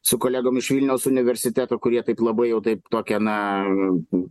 su kolegom iš vilniaus universiteto kurie taip labai jau taip tokia na